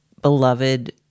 beloved